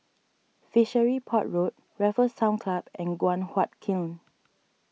Fishery Port Road Raffles Town Club and Guan Huat Kiln